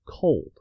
cold